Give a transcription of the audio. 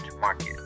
market